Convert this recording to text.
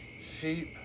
Sheep